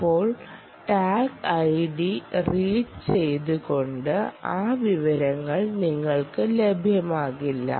ഇപ്പോൾ tag ID read ചെയ്തതു കൊണ്ട് ആ വിവരങ്ങൾ നിങ്ങൾക്ക് ലഭ്യമാകില്ല